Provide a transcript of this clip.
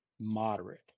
moderate